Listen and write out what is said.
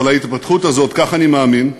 אבל ההתפתחות הזאת, כך אני מאמין,